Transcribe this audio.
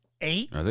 Eight